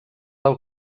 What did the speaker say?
del